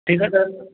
ठीकु आहे तबियत